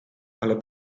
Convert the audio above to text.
ale